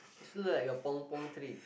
it's look like a pong pong tree